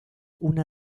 una